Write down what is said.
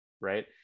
Right